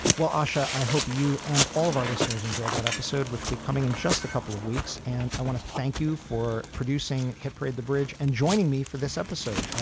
well asha i hope you and all of our listeners enjoy that episode which we coming in just a couple of weeks. and i want to thank you for producing hit parade the bridge. and joining me for this episode.